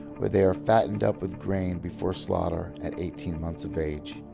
where they are fattened up with grain before slaughter at eighteen months of age.